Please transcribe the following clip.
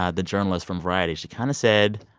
ah the journalist from variety, she kind of said,